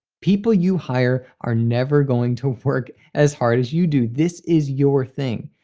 people you hire are never going to work as hard as you do. this is your thing.